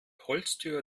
holztür